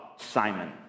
Simon